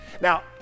Now